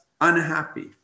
unhappy